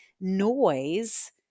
noise